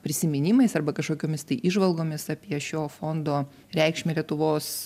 prisiminimais arba kažkokiomis tai įžvalgomis apie šio fondo reikšmę lietuvos